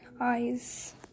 eyes